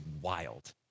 wild